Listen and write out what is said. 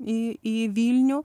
į į vilnių